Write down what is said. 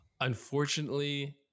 unfortunately